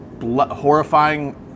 horrifying